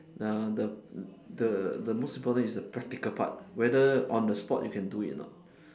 uh the the the most important is the practical part whether on the spot you can do it or not